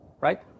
right